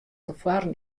tefoaren